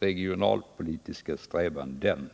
regionalpolitiska strävanden?